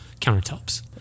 countertops